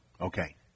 Okay